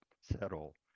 settle